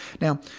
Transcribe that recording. Now